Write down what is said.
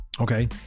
Okay